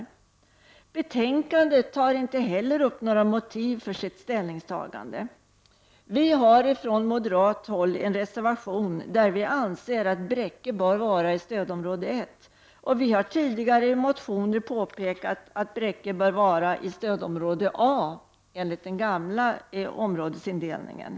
I betänkandet tar inte utskottet heller upp några motiv för sitt ställningstagande. Vi har från moderat håll en reservation i vilken vi anser att Bräcke bör ligga i stadområde 1. Vi har tidigare i motioner påpekat att Bräcke bör ligga i stödområde A, enligt den gamla områdesindelningen.